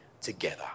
together